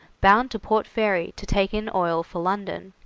bound to port fairy to take in oil for london.